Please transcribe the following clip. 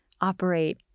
operate